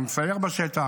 אני מסייר בשטח,